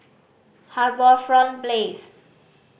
HarbourFront Place